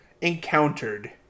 encountered